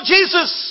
Jesus